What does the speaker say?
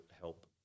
help